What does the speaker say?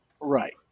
Right